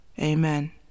Amen